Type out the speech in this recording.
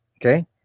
Okay